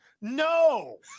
No